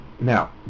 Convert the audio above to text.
now